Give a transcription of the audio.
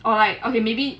or like okay maybe